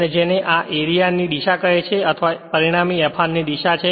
અને જેને આ એરિયા ની દિશા કહે છે અથવા પરિણમી Fr ની દિશા છે